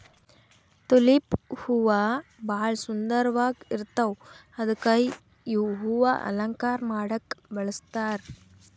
tulip ಹೂವಾ ಭಾಳ್ ಸುಂದರ್ವಾಗ್ ಇರ್ತವ್ ಅದಕ್ಕೆ ಇವ್ ಹೂವಾ ಅಲಂಕಾರ್ ಮಾಡಕ್ಕ್ ಬಳಸ್ತಾರ್